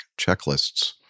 checklists